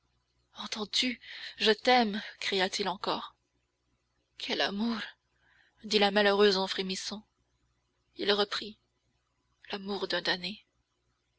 entends-tu je t'aime cria-t-il encore quel amour dit la malheureuse en frémissant il reprit l'amour d'un damné